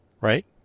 right